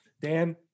Dan